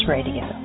Radio